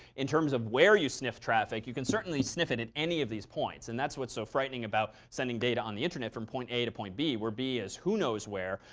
in terms of where you sniff traffic, you can certainly sniff it in any of these points. and that's what's so frightening about sending data on the internet from point a to point b, were b is who knows where.